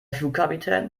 flugkapitän